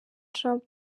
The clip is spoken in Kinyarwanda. trump